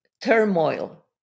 turmoil